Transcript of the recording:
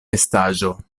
estaĵo